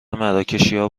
مراکشیا